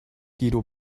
guido